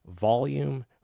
volume